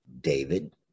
David